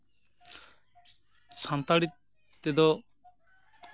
ᱥᱟᱱᱛᱟᱲᱤ ᱛᱮᱫᱚ